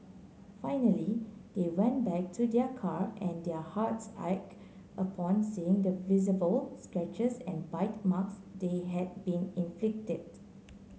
finally they went back to their car and their hearts ache upon seeing the visible scratches and bite marks they had been inflicted